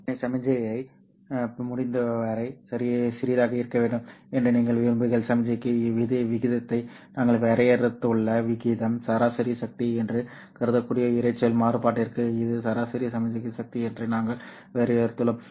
எனவே சமிக்ஞை முடிந்தவரை சிறியதாக இருக்க வேண்டும் என்று நீங்கள் விரும்புகிறீர்கள் சமிக்ஞைக்கு விகிதத்தை நாங்கள் வரையறுத்துள்ள விதம் சராசரி சக்தி என்று கருதக்கூடிய இரைச்சல் மாறுபாட்டிற்கு இது சராசரி சமிக்ஞை சக்தி என்று நாங்கள் வரையறுத்துள்ளோம்